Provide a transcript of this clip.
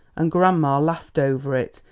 and grandma laughed over it,